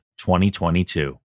2022